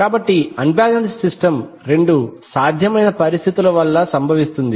కాబట్టి unbalanced system రెండు సాధ్యమైన పరిస్థితుల వల్ల సంభవిస్తుంది